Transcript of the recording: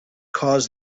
caused